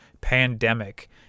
pandemic